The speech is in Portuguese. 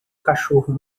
cachorro